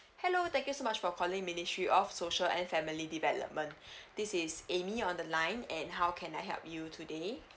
hello thank you so much for calling ministry of social and family development this is amy on the line and how can I help you today